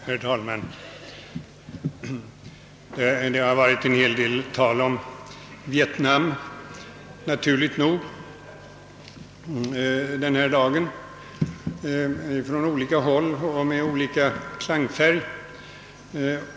Herr talman! Det har, naturligt nog, varit en hel del tal om Vietnam denna dag från olika håll och med olika klangfärg.